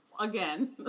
Again